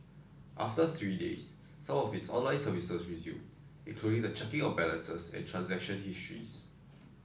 after three days some of its online services resumed including the checking of balances and transaction histories